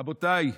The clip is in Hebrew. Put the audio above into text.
רבותיי,